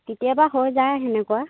কেতিয়াবা হৈ যায় সেনেকুৱা